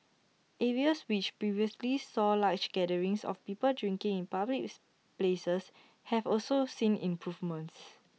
areas which previously saw large gatherings of people drinking in public's places have also seen improvements